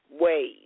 ways